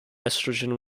estrogen